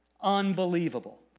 Unbelievable